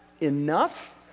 enough